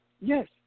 Yes